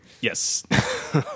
Yes